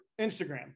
Instagram